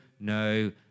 no